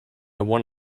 won